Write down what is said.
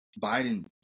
Biden